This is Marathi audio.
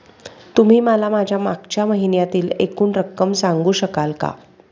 तुम्ही मला माझ्या मागच्या महिन्यातील एकूण रक्कम सांगू शकाल का?